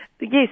Yes